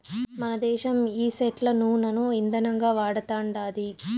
మనదేశం ఈ సెట్ల నూనను ఇందనంగా వాడతండాది